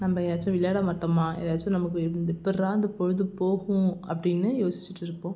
நம்ம ஏதாச்சும் விளையாடமட்டோமா ஏதாச்சும் நமக்கு இந் எப்பட்ரா இந்த பொழுதுபோகும் அப்படின்னு யோசிச்சிகிட்டு இருப்போம்